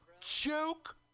Joke